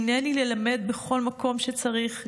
הינני ללמד בכל מקום שצריך,